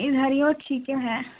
इधरयो ठीके है